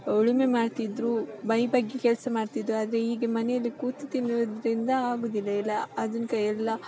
ಉಳುಮೆ ಮಾಡ್ತಿದ್ದರು ಮೈ ಬಗ್ಗಿ ಕೆಲಸ ಮಾಡ್ತಿದ್ದರು ಆದರೆ ಈಗ ಮನೆಯಲ್ಲಿ ಕೂತು ತಿನ್ನುವುದರಿಂದ ಆಗುವುದಿಲ್ಲ ಎಲ್ಲ ಆಧುನಿಕ ಎಲ್ಲ